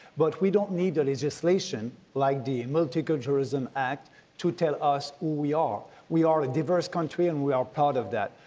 but we don't need a legislation like the multiculturalism act to tell us who we are. we are a diverse country, and we are proud of that.